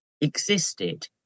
existed